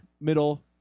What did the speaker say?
middle